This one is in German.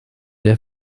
der